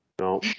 No